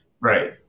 Right